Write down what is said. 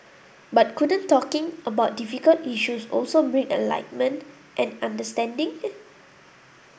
but couldn't talking about difficult issues also bring enlightenment and understanding